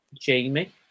Jamie